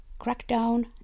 crackdown